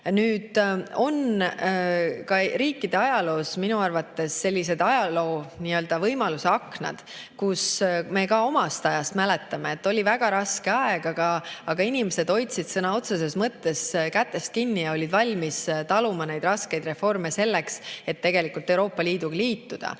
riikide ajaloos on minu arvates olnud ka sellised võimaluseaknad. Me ka oma ajast mäletame, et oli väga raske aeg, aga inimesed hoidsid sõna otseses mõttes kätest kinni ja olid valmis taluma neid raskeid reforme selleks, et Euroopa Liiduga liituda.